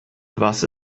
was